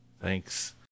Thanks